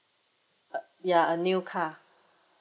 uh ya a new car